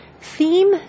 Theme